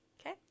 Okay